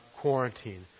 quarantine